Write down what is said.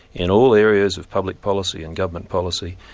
in all areas of public policy and government policy,